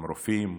הם רופאים,